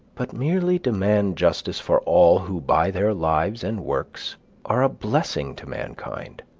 but merely demand justice for all who by their lives and works are a blessing to mankind.